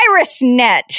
IrisNet